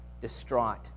distraught